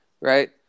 right